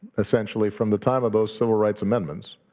essentially, from the time of those civil rights amendments